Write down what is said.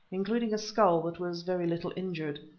including a skull that was very little injured.